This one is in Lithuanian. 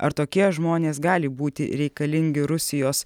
ar tokie žmonės gali būti reikalingi rusijos